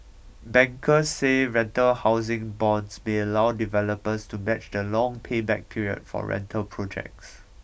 bankers say rental housing bonds may allow developers to match the long payback period for rental projects